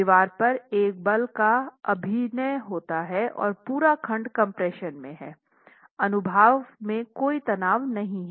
दीवार पर एक बल का अभिनय होता है और पूरा खंड कम्प्रेशन में है अनुभाग में कोई तनाव नहीं है